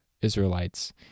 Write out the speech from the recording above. Israelites